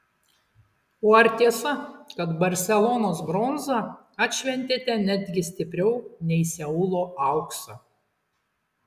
o ar tiesa kad barselonos bronzą atšventėte netgi stipriau nei seulo auksą